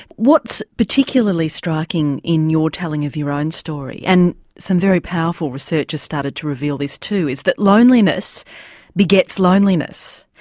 what's particularly striking in your telling of your own story and some very powerful research has started to reveal this too is that loneliness begets loneliness.